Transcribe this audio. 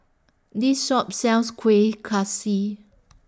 This Shop sells Kuih Kaswi